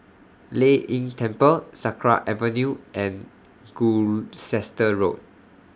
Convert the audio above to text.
Lei Yin Temple Sakra Avenue and Gloucester Road